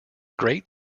great